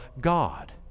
God